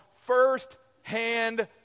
first-hand